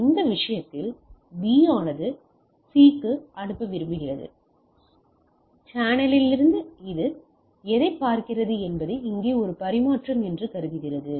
இந்த விஷயத்தில் B ஆனது C க்கு அனுப்ப விரும்புகிறது மேலும் சேனலிலிருந்து அது எதைப் பார்க்கிறது என்பது இங்கே ஒரு பரிமாற்றம் என்று கருதுகிறது